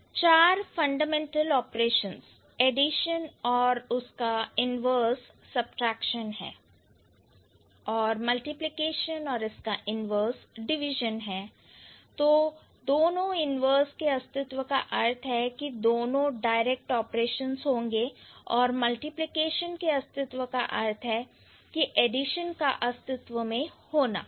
4 fundamental operations addition और उसका inverse subtraction है और मल्टीप्लिकेशन और इसका इन्वर्स डिवीजन हैतो दोनों इन्वर्स के अस्तित्व का अर्थ है कि दोनों डायरेक्ट ऑपरेशंस होंगे और मल्टीप्लिकेशन के अस्तित्व का अर्थ है एडिशन का अस्तित्व में होना